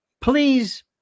Please